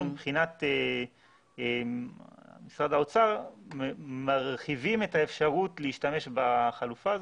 אנחנו מבחינת משרד האוצר מרחיבים את האפשרות להשתמש בחלופה הזאת.